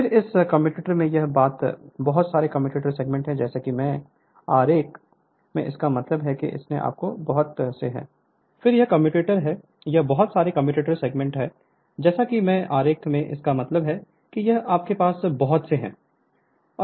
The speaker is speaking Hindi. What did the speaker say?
फिर यह कम्यूटेटर है यह बहुत सारे कम्यूटेटर सेगमेंट हैं जैसा कि मैं आरेख में इसका मतलब है कि यह आपके पास बहुत से हैं